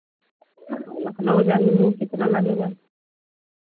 और लखनऊ जाने में कितना लगेगा